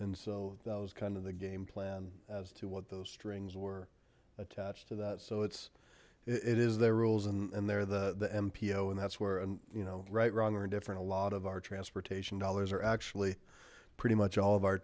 and so that was kind of the game plan as to what those strings were attached to that so it's it is their rules and they're the the mpo and that's where and you know right wrong or indifferent a lot of our transportation dollars are actually pretty much all of our